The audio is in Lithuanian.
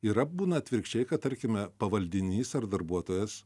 yra būna atvirkščiai kad tarkime pavaldinys ar darbuotojas